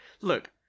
Look